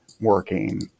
working